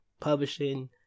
publishing